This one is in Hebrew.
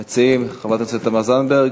המציעים, חברת הכנסת תמר זנדברג?